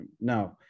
Now